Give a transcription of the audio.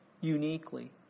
uniquely